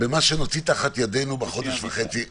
במה שנוציא תחת ידינו בחודש וחצי הקרוב,